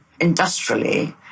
industrially